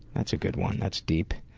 that's a good one, that's deep.